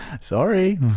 Sorry